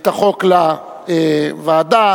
חוק ומשפט,